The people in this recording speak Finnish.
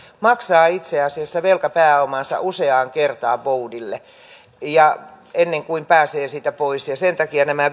maksaa itse asiassa velkapääomansa useaan kertaan voudille ennen kuin pääsee siitä pois ja sen takia nämä